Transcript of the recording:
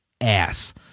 ass